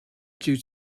due